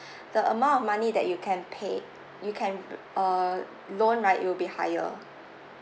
the amount of money that you can pay you can l~ err loan right it will be higher